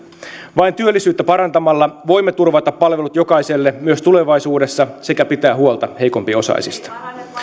vain työllisyyttä parantamalla voimme turvata palvelut jokaiselle myös tulevaisuudessa sekä pitää huolta heikompiosaisista